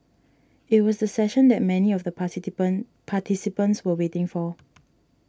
it was the session that many of the participant participants were waiting for